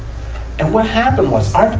and what happened was, ah,